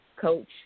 coach